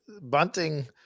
Bunting